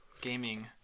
Gaming